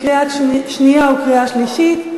קריאה שנייה וקריאה שלישית.